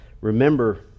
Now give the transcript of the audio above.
remember